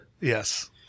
Yes